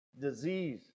disease